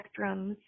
spectrums